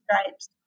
stripes